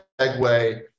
segue